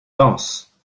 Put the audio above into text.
danse